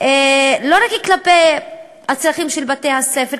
לא רק כלפי הצרכים של בתי-הספר,